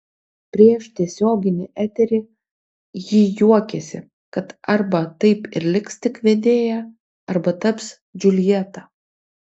prieš tiesioginį eterį ji juokėsi kad arba taip ir liks tik vedėja arba taps džiuljeta